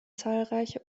zahlreiche